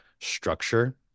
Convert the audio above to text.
structure